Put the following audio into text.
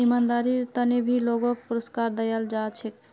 ईमानदारीर त न भी लोगक पुरुस्कार दयाल जा छेक